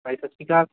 ਭਾਅ ਜੀ ਸਤਿ ਸ਼੍ਰੀ ਅਕਾਲ